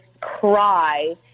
cry